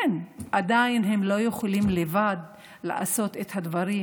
כן, הם עדיין לא יכולים לבד לעשות את הדברים,